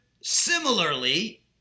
similarly